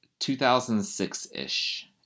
2006-ish